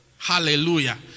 Hallelujah